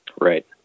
Right